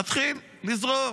נתחיל לזרום